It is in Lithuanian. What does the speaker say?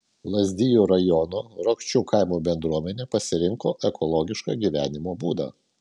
lazdijų rajono ročkių kaimo bendruomenė pasirinko ekologišką gyvenimo būdą